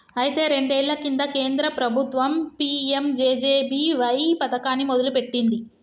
అయితే రెండేళ్ల కింద కేంద్ర ప్రభుత్వం పీ.ఎం.జే.జే.బి.వై పథకాన్ని మొదలుపెట్టింది